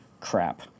crap